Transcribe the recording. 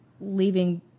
leaving